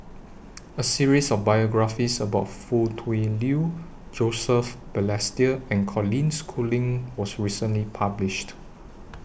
A series of biographies about Foo Tui Liew Joseph Balestier and Colin Schooling was recently published